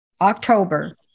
October